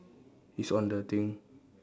he's on the thing